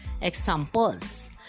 Examples